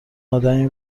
آدمی